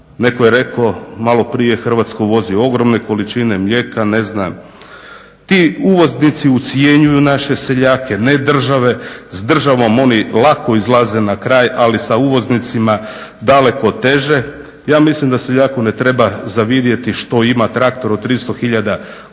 neko je reko maloprije Hrvatska uvozi ogromne količine mlijeka, ne znam. Ti uvoznici ucjenjuju naše seljake, ne države, s državom oni lako izlaze na kraj, ali sa uvoznicima daleko teže. Ja mislim da seljaku ne treba zavidjeti što ima traktor od 300 tisuća